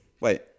Wait